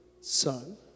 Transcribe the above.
son